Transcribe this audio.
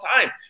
time